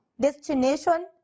destination